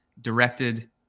directed